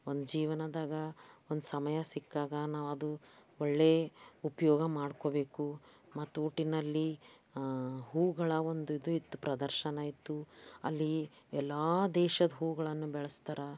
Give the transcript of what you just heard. ಒಂದು ಜೀವನದಾಗ ಒಂದು ಸಮಯ ಸಿಕ್ಕಾಗ ನಾವು ಅದು ಒಳ್ಳೆಯ ಉಪಯೋಗ ಮಾಡ್ಕೊಬೇಕು ಮತ್ತು ಊಟಿಯಲ್ಲಿ ಹೂವುಗಳ ಒಂದು ಇದು ಇತ್ತು ಪ್ರದರ್ಶನ ಇತ್ತು ಅಲ್ಲಿ ಎಲ್ಲ ದೇಶದ ಹೂವುಗಳನ್ನು ಬೆಳೆಸ್ತಾರೆ